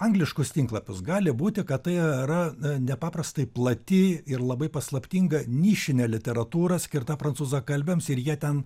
angliškus tinklapius gali būti kad tai yra nepaprastai plati ir labai paslaptinga nišinė literatūra skirta prancūzakalbiams ir jie ten